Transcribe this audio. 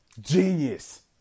genius